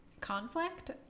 Conflict